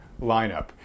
lineup